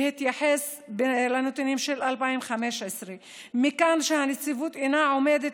והתייחס לנתונים של 2015. מכאן שהנציבות אינה עומדת